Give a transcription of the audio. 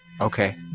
Okay